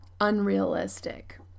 unrealistic